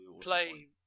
play